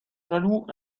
jaloux